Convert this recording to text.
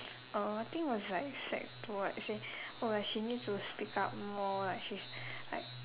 uh I think was like sec two what she say oh she need to speak more like she's like